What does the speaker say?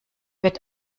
wird